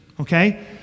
okay